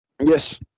yes